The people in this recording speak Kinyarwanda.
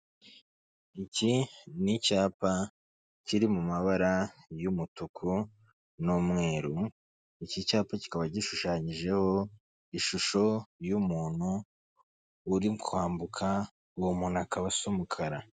Iki nicyapa kiri mu mabara y'umutuku, n'umweru iki cyapa kikaba gishushanyijeho ishusho y'umuntu uri kwambuka uwo muntu akaba asa umukara.